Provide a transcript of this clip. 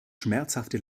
schmerzhafte